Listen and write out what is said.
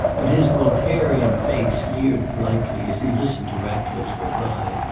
and his voltairian face leered politely as he listened to ratcliffe's reply,